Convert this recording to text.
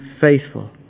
faithful